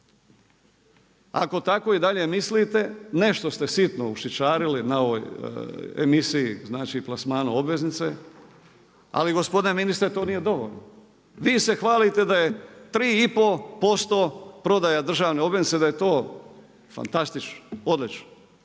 Ako tako i dalje mislite nešto ste sitno ušićarili na ovoj emisiji plasmana obveznice, ali gospodine ministre to nije dovoljno. Vi se hvalite da je 3,5% prodaja državne obveznice da je to fantastično, odlično,